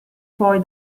poi